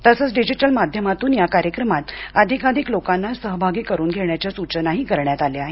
तसंच डीजीटल माध्यमातून या कार्यक्रमात अधिकाधिकलोकांना सहभागी करून घेण्याच्या सूचना देखिल देण्यात आल्या आहेत